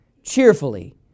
Cheerfully